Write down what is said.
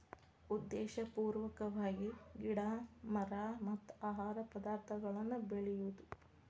ಉದ್ದೇಶಪೂರ್ವಕವಾಗಿ ಗಿಡಾ ಮರಾ ಮತ್ತ ಆಹಾರ ಪದಾರ್ಥಗಳನ್ನ ಬೆಳಿಯುದು